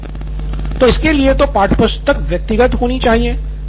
नितिन कुरियन तो इसके लिए तो पाठ्यपुस्तक व्यक्तिगत होनी चाहिए